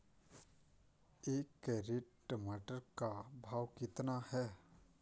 एक कैरेट टमाटर का भाव कितना है?